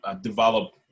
develop